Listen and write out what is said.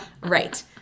right